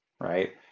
right